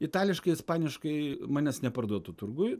itališkai ispaniškai manęs neparduotų turguj